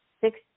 six